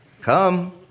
Come